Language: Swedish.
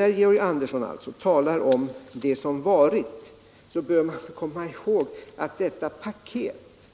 När Georg Andersson talar om det som har varit bör han komma ihåg att detta paket